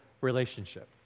relationship